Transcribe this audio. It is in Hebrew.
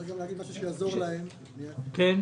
אמיר,